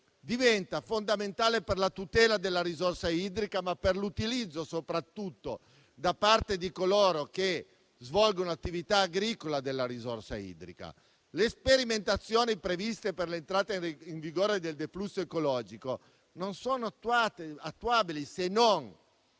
diventa fondamentale per la tutela della risorsa idrica, ma soprattutto per il suo utilizzo da parte di coloro che svolgono attività agricola. Le sperimentazioni previste per l'entrata in vigore del deflusso ecologico non sono attuabili, se non